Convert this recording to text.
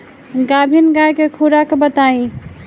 गाभिन गाय के खुराक बताई?